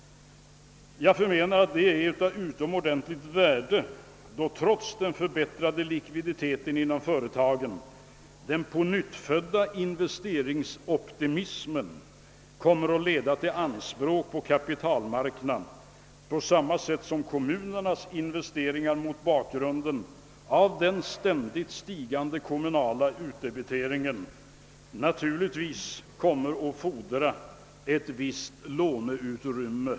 Detta är enligt min mening av utomordentligt värde då, trots den förbättrade likviditeten inom företagen, den pånyttfödda investeringsoptimismen kommer att leda till större anspråk på kapitalmarknaden, på samma sätt som kommunernas investeringar mot bakgrunden av den ständigt stigande kommunala utdebiteringen kommer att fordra ett visst ökat låneutrymme.